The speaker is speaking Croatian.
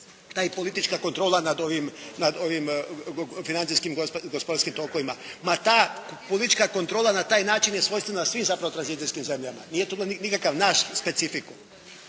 ta politička kontrola nad ovim financijskim i gospodarskim tokovima. Ma, ta politička kontrola na taj način je svojstvena svim zapravo tranzicijskim zemljama. Nije to nikakav naš specifikum.